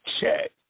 check